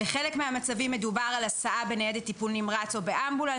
בחלק מהמצבים מדובר על הסעה בניידת טיפול נמרץ או באמבולנס